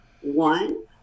One